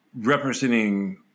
representing